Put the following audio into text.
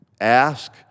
Ask